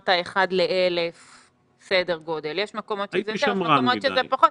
כשאמרת סדר גודל של 1:1,000. יש מקומות שזה יותר ויש מקומות שזה פחות.